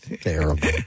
Terrible